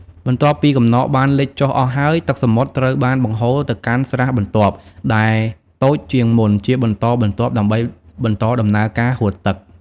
បន្ទាប់ពីកំណកបានលិចចុះអស់ហើយ ទឹកសមុទ្រត្រូវបានបង្ហូរទៅកាន់ស្រះបន្ទាប់ដែលតូចជាងមុនជាបន្តបន្ទាប់ដើម្បីបន្តដំណើរការហួតទឹក។